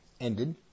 ended